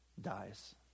dies